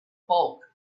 bulk